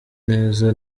neza